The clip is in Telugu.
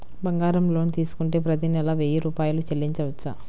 బంగారం లోన్ తీసుకుంటే ప్రతి నెల వెయ్యి రూపాయలు చెల్లించవచ్చా?